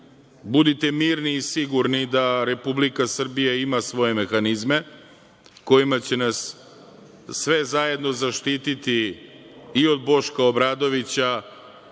budite mirni i sigurni da Republika Srbija ima svoje mehanizme kojima će nas sve zajedno zaštiti i od Boška Obradovića